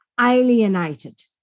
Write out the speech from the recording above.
alienated